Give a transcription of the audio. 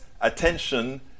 attention